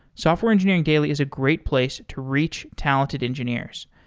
software engineering daily is a great place to reach talented engineers.